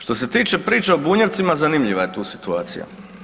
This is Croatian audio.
Što se tiče priče o Bunjevcima zanimljiva je tu situacija.